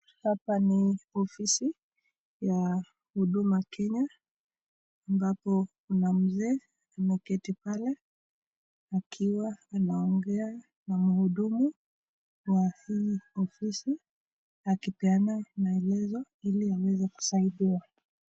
Hapa ni ofisi ya huduma Kenya, ambapo kuna mzee ameketi pale akiwa anaongea na mhudumu wa hii ofisi, akipeana maelezo, ili aweze kusaidiwa.